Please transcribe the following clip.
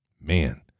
Man